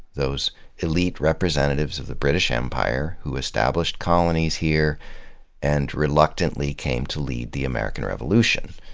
those elite representatives of the british empire who established colonies here and reluctantly came to lead the american revolution.